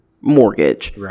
mortgage